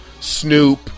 Snoop